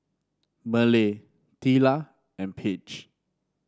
Merle Teela and Page